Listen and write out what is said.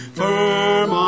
firm